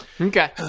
Okay